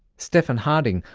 stephan harding,